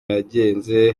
yagenze